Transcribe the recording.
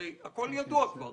הרי הכל ידוע כבר.